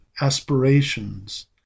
aspirations